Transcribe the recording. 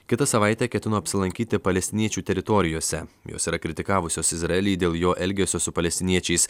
kitą savaitę ketino apsilankyti palestiniečių teritorijose jos yra kritikavusios izraelį dėl jo elgesio su palestiniečiais